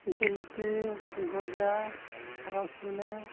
ᱡᱷᱤᱞᱯᱤ ᱜᱚᱡᱟ ᱨᱚᱥᱜᱩᱞᱞᱟᱹ